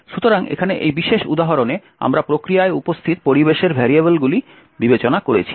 সুতরাং এখানে এই বিশেষ উদাহরণে আমরা প্রক্রিয়ায় উপস্থিত পরিবেশের ভেরিয়েবলগুলি বিবেচনা করেছি